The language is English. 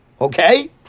okay